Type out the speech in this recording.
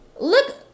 Look